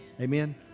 Amen